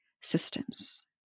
systems